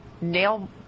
nail